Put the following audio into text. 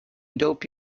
dope